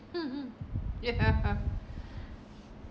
hmm hmm ya